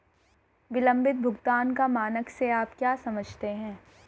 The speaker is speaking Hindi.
विलंबित भुगतान का मानक से आप क्या समझते हैं?